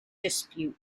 dispute